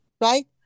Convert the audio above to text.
right